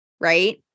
right